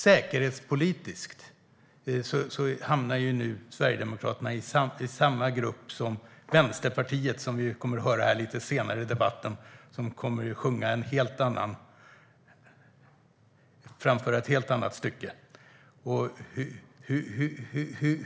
Säkerhetspolitiskt hamnar Sverigedemokraterna nu i samma grupp som Vänsterpartiet, som lite senare i debatten kommer att framföra ett helt annat stycke.